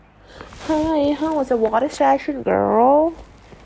hi how was your girl